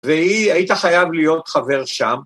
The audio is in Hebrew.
והיא, היית חייב להיות חבר שם.